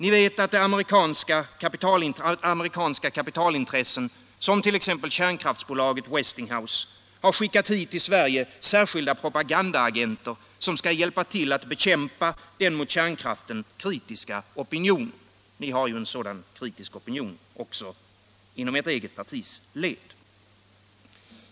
Ni vet att amerikanska kapitalintressen, t.ex. kärnkraftsbolaget Westinghouse, har skickat hit särskilda propagandaagenter, som skall hjälpa till att bekämpa den mot kärnkraften kritiska opinionen. Ni har ju en sådan kritisk opinion också inom ert eget partis led.